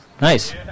Nice